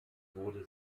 wurde